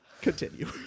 continue